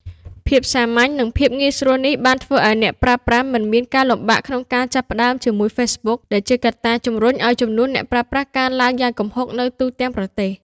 ភាពសាមញ្ញ និងភាពងាយស្រួលនេះ បានធ្វើឲ្យអ្នកប្រើប្រាស់ មិនមានការលំបាកក្នុងការចាប់ផ្ដើម ជាមួយ Facebook ដែលជាកត្តាជំរុញឲ្យចំនួនអ្នកប្រើប្រាស់កើនឡើងយ៉ាងគំហុកនៅទូទាំងប្រទេស។